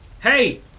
Hey